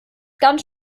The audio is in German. ganz